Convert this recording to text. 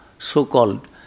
so-called